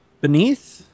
beneath